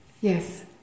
Yes